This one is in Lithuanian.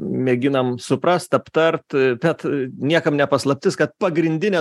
mėginam suprast aptart kad niekam ne paslaptis kad pagrindinė